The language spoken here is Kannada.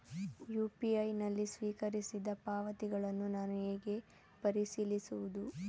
ಯು.ಪಿ.ಐ ನಲ್ಲಿ ಸ್ವೀಕರಿಸಿದ ಪಾವತಿಗಳನ್ನು ನಾನು ಹೇಗೆ ಪರಿಶೀಲಿಸುವುದು?